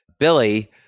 Billy